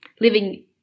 living